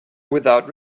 without